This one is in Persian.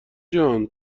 جان